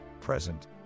present